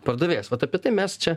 pardavėjas vat apie tai mes čia